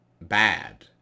bad